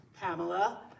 Pamela